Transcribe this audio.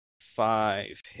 five